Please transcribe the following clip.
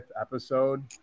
episode